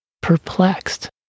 perplexed